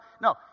no